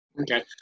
Okay